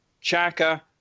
Chaka